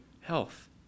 health